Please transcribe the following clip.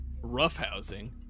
roughhousing